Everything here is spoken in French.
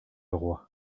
roi